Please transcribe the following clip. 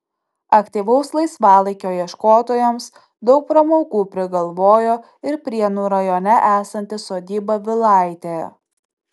aktyvaus laisvalaikio ieškotojams daug pramogų prigalvojo ir prienų rajone esanti sodyba vilaitė